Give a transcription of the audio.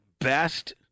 best